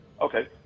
Okay